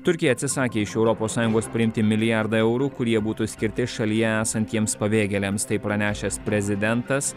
turkija atsisakė iš europos sąjungos priimti milijardą eurų kurie būtų skirti šalyje esantiems pabėgėliams tai pranešęs prezidentas